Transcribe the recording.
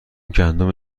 گندم